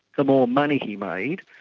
the more money he made.